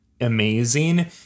amazing